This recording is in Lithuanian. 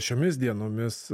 šiomis dienomis